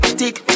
tick